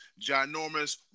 ginormous